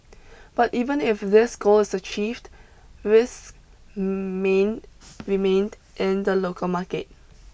but even if this goal is achieved risks main remained in the local market